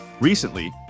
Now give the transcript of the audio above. Recently